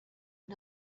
and